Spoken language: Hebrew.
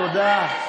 תודה.